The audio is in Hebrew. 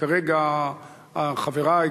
כרגע חברי,